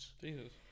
Jesus